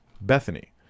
Bethany